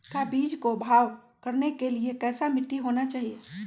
का बीज को भाव करने के लिए कैसा मिट्टी होना चाहिए?